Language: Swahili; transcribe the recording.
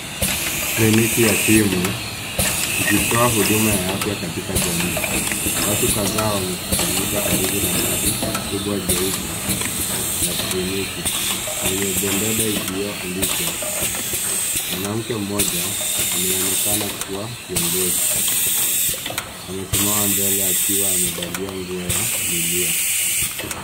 Kliniki ya simu ikitoa huduma ya afya katika jamii. Watu kadhaa wamekusanyika karibu na gari kubwa kubwa jeupe la kliniki lenye bendera iliyoandikwa. Mwanamke mmoja anayeonekana kuwa kiongozi amesimama mbele akiwa amevalia nguo ya milia.